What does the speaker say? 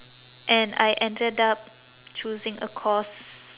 and I ended up choosing a course